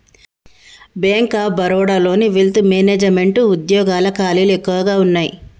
bank of బరోడాలోని wealth management వుద్యోగాల ఖాళీలు ఎక్కువగా వున్నయ్యి